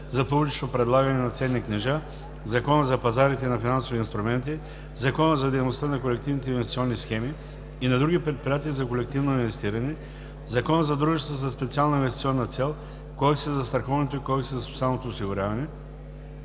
за публичното предлагане на ценни книжа, Закона за пазарите на финансови инструменти, Закона за дейността на колективните инвестиционни схеми и на други предприятия за колективно инвестиране, Закона за дружествата със специална инвестиционна цел, Кодекса за застраховането и Кодекса за социалното осигуряване,